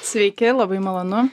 sveiki labai malonu